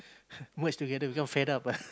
merge together become fed up ah